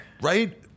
Right